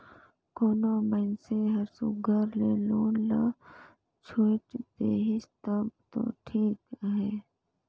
कोनो मइनसे हर सुग्घर ले लोन ल छुइट देहिस तब दो ठीक अहे